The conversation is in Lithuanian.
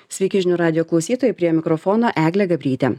sveiki žinių radijo klausytojai prie mikrofono eglė gabrytė